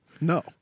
No